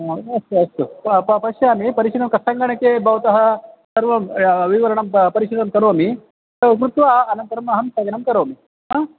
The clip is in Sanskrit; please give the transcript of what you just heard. हा अस्तु अस्तु प प पश्यामि परिशीलनं क सङ्गणके भवतः सर्वं विवरणं परिशीलनं करोमि कृत्वा अनन्तरम् अहं स्थगनं करोमि हा